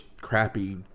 crappy